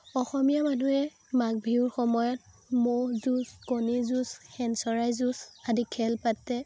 অসমীয়া মানুহে মাঘ বিহুৰ সময়ত ম'হ যুঁজ কণী যুঁজ শেন চৰাই যুঁজ আদি খেল পাতে